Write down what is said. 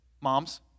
Moms